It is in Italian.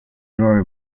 nuove